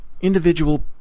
individual